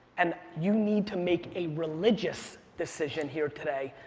and you need to make a religious decision here today,